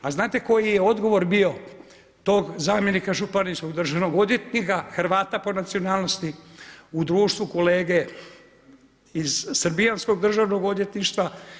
A znate koji je odgovor bio tog zamjenika županijskog državnog odvjetnika Hrvata po nacionalnosti u društvu kolege iz srbijanskog državnog odvjetništva?